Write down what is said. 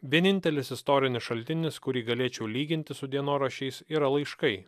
vienintelis istorinis šaltinis kurį galėčiau lyginti su dienoraščiais yra laiškai